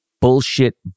bullshit